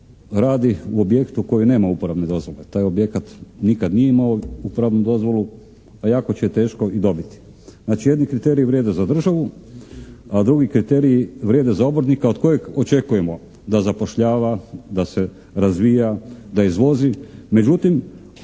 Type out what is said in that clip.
radi u objektu koji nema uporabne dozvole. Taj objekat nikad nije imao uporabnu dozvolu, a jako će je teško i dobiti. Znači, jedni kriteriji vrijede za državu, a drugi kriteriji vrijede za obrtnika od kojeg očekujemo da zapošljava, da se razvija, da izvozi.